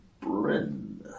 Bryn